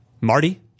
Marty